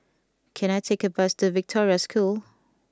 can I take a bus to Victoria School